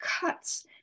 cuts